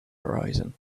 horizon